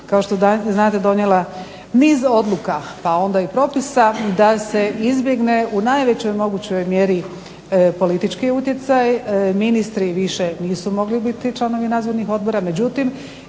kao što znate donijela niz odluka pa onda i propisa da se izbjegne u najvećoj mogućoj mjeri politički utjecaj. Ministri više nisu mogli biti članovi nadzornih odbora, međutim